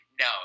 No